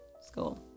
school